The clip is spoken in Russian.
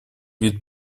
вид